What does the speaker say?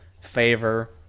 favor